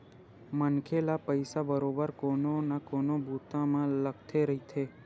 मनखे ल पइसा बरोबर कोनो न कोनो बूता म लगथे रहिथे